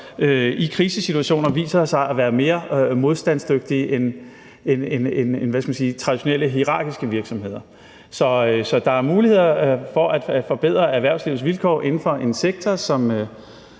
i krisesituationer viser sig at være mere modstandsdygtige end traditionelle hierarkiske virksomheder. Så der er muligheder for at forbedre erhvervslivets vilkår inden for en sektor som